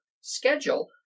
schedule